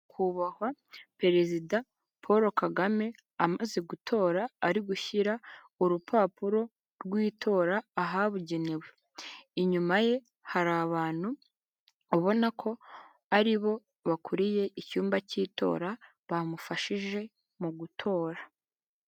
Nyakubahwa perezida Paul Kagame amaze gutora ari gushyira urupapuro rw'itora aha bugenewe inyuma ye hari abantu abona ko ari bo bakuriye icyumba cy'itora bamufashije mu gutora.